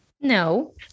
No